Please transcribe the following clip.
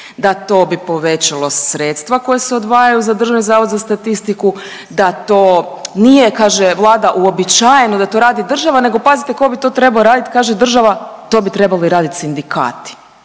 da to bi povećalo sredstva koja se odvajaju za DZS, da to nije kaže, Vlada, uobičajeno, da to radi država, nego pazite tko bi to trebao raditi, kaže država, to bi trebali raditi sindikati.